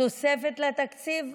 תוספת לתקציב,